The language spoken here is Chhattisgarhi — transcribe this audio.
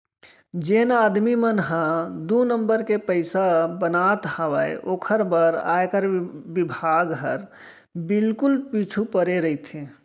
जेन आदमी मन ह दू नंबर के पइसा बनात हावय ओकर बर आयकर बिभाग हर बिल्कुल पीछू परे रइथे